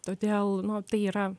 todėl nu tai yra